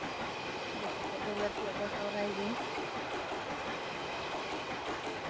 ᱡᱚᱛᱚ ᱠᱷᱚᱱ ᱫᱚ ᱞᱟᱹᱴᱩᱣᱟᱜ ᱫᱚ ᱥᱚᱨᱦᱟᱭ ᱜᱮ